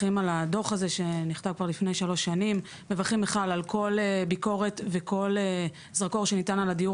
חלק מהחומרים היה בתחום עיסוקי כסגן שר האוצר כל נושא הדיור